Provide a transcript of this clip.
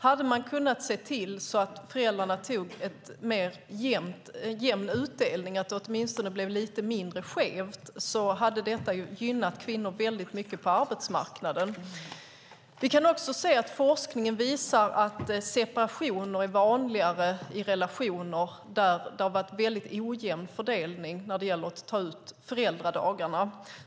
Hade man kunnat se till att föräldrarna tog ett mer jämnt uttag så att det blev lite mindre skevt hade det gynnat kvinnor på arbetsmarknaden. Forskningen visar att separationer är vanligare i relationer där det har varit ojämn fördelning i uttaget av föräldradagar.